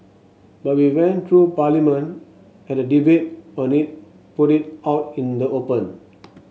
but we went through Parliament had a debate on it put it out in the open